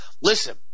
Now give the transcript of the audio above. listen